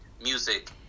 music